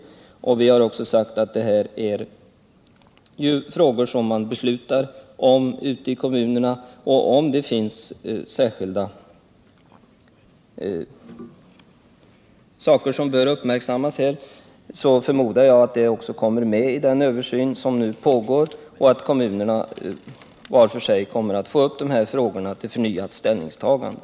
Det är en fråga som man beslutar om ute i kommunerna. Om det finns några särskilda frågor som bör uppmärksammas i det sammanhanget förmodar jag att de också kommer med i den översyn som nu pågår och att kommunerna var för sig kommer att ta upp de här frågorna till förnyat ställningstagande.